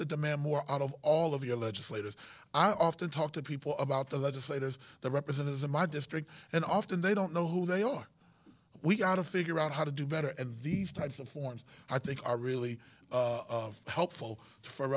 to demand more out of all of your legislators i often talk to people about the legislators the representatives in my district and often they don't know who they are we've got to figure out how to do better and these types of forums i think are really helpful for